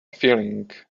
feeling